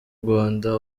rwanda